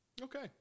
Okay